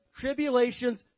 tribulations